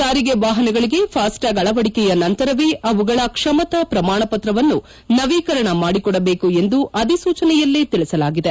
ಸಾರಿಗೆ ವಾಹನಗಳಿಗೆ ಫಾಸ್ಟ್ಟ್ಲಾಗ್ ಅಳವಡಿಕೆಯ ನಂತರವೇ ಅವುಗಳ ಕ್ಷಮತಾ ಪ್ರಮಾಣ ಪ್ರತವನ್ನು ನವೀಕರಣ ಮಾಡಿಕೊಡಬೇಕು ಎಂದು ಅಧಿಸೂಚನೆಯಲ್ಲೇ ತಿಳಿಸಲಾಗಿದೆ